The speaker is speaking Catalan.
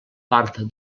part